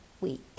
week